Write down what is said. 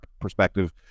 perspective